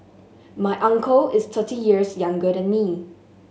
my uncle is thirty years younger than me